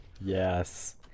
Yes